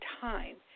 time